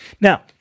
Now